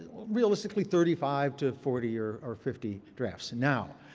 realistically thirty five to forty or or fifty drafts. now,